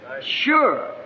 Sure